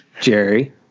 jerry